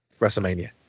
WrestleMania